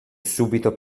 subito